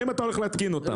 האם אתה הולך להתקין אותן?